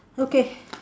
okay